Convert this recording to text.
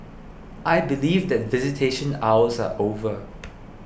I believe that visitation hours are over